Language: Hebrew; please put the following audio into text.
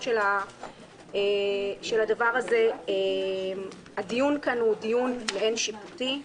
של הדבר הזה הדיון כאן הוא דיון מעין שיפוטי,